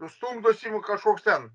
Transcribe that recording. stumdosi kažkoks ten